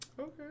Okay